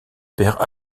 perd